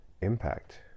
impact